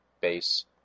base